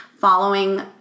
following